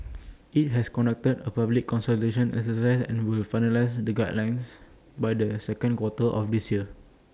IT has conducted A public consultation exercise and will finalise the guidelines by the second quarter of this year